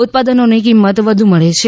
ઉત્પાદનોની કિંમત વધુ મળે છે